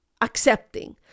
accepting